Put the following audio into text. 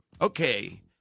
okay